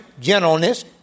gentleness